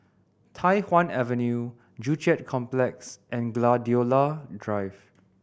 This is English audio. Tai Hwan Avenue Joo Chiat Complex and Gladiola Drive